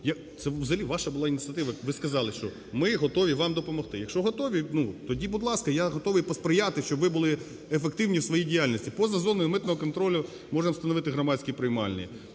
взагалі ваша була ініціатива. Ви сказали, що ми готові вам допомогти. Якщо готові, ну тоді, будь ласка, я готовий посприяти, щоб ви були ефективні в своїй діяльності. Поза зоною митного контролю можем встановити громадські приймальні.